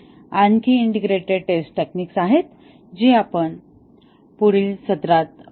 आणखी integrate test techniques आहेत जी आपण पुढील सत्रात पाहू